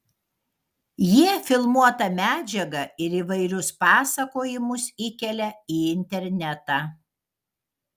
jie filmuotą medžiagą ir įvairius pasakojimus įkelia į internetą